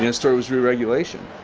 yeah story was reregulation.